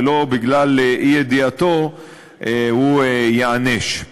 ולא שבגלל אי-ידיעתו הוא ייענש.